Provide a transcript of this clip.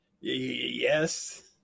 Yes